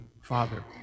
Father